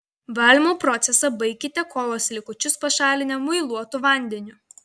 valymo procesą baikite kolos likučius pašalinę muiluotu vandeniu